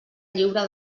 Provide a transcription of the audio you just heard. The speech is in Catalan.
lliure